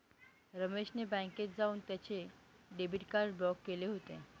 रमेश ने बँकेत जाऊन त्याचे डेबिट कार्ड ब्लॉक केले होते